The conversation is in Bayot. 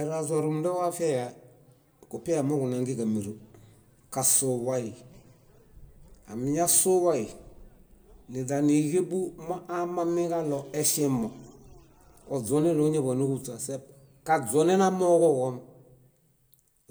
Erazuar rúmunda wafiae; kupiawa múġunangẽġamiro. Amiñasuwai, níźaniġebu moamamiġaɭo eŝemo, oźoneli óñaḃanohuśa seb: kaźonenamooġoġom.